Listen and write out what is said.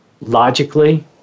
logically